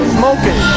smoking